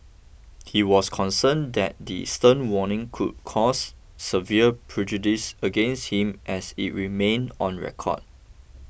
he was concerned that the stern warning could cause severe prejudice against him as it remained on record